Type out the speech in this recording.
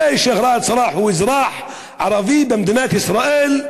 הרי שיח' ראאד סלאח הוא אזרח ערבי במדינת ישראל.